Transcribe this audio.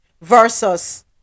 versus